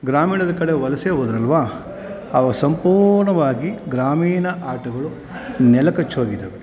ಗ್ರಾಮೀಣದ ಕಡೆ ವಲಸೆ ಹೋದರಲ್ವಾ ಆವಾಗ ಸಂಪೂರ್ಣವಾಗಿ ಗ್ರಾಮೀಣ ಆಟಗಳು ನೆಲಕಚ್ಚಿ ಹೋಗಿದ್ದಾವೆ